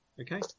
Okay